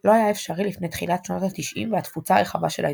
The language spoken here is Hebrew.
לא היה אפשרי לפני תחילת שנות התשעים והתפוצה הרחבה של האינטרנט.